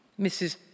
Mrs